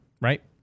Right